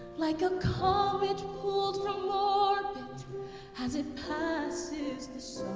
like a comet pulled from orbit as it passes the